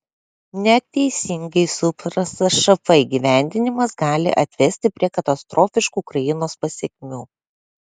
neteisingai suprastas šf įgyvendinimas gali atvesti prie katastrofiškų ukrainai pasekmių